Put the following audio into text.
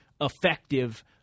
effective